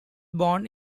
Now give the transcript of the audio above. born